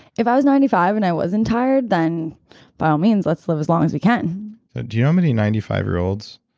if i was ninety five and i wasn't tired, then by all means, let's live as long as we can do you know how many ninety five year olds,